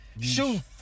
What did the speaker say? Shoot